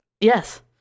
Yes